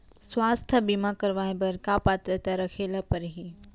स्वास्थ्य बीमा करवाय बर का पात्रता रखे ल परही?